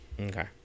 Okay